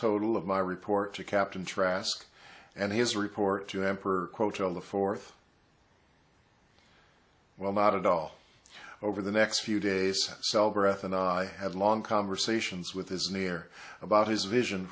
total of my report to captain trask and his report to emperor coach of the fourth well not at all over the next few days cell breath and i had long conversations with his near about his vision